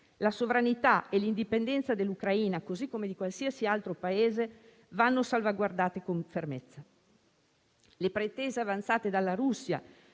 La sovranità e l'indipendenza dell'Ucraina, così come di qualsiasi altro Paese, vanno salvaguardate con fermezza. Le pretese avanzate dalla Russia